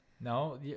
No